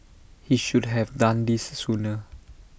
he should have done this sooner